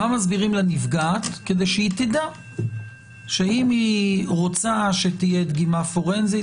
מה מסבירים לנפגעת כדי שהיא תדע שאם היא רוצה שתהיה דגימה פורנזית,